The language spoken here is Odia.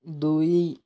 ଦୁଇ